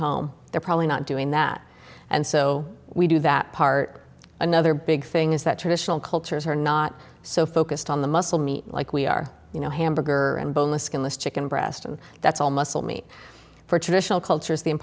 home they're probably not doing that and so we do that part another big thing is that traditional cultures are not so focused on the muscle meat like we are you know hamburger and boneless skinless chicken breast and that's all muscle meat for traditional culture